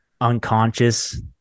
unconscious